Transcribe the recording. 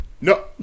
No